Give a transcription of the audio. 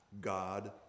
God